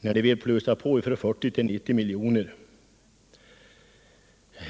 när jag kritiserar socialdemokraternas förslag om en höjning från 40 milj.kr. till 90 milj.kr.